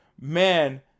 man